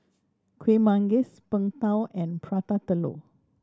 Kuih Manggis Png Tao and Prata Telur